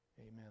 Amen